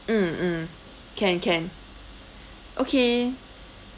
mm mm can can okay